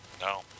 No